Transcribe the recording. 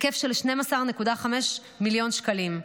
היקף של 12.5 מיליון שקלים.